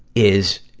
is,